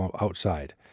outside